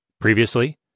Previously